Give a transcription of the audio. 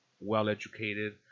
well-educated